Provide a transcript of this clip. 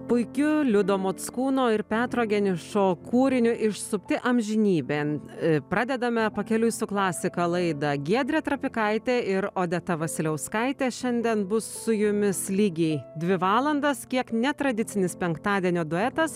puikiu liudo mockūno ir petro geniušo kūriniu išsupti amžinybėn pradedame pakeliui su klasika laidą giedrė trapikaitė ir odeta vasiliauskaitė šiandien bus su jumis lygiai dvi valandas kiek netradicinis penktadienio duetas